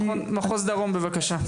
מחוז דרום, בבקשה.